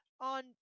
on